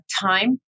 time